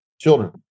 children